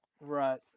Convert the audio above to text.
Right